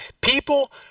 people